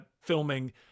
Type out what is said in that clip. filming